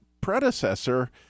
predecessor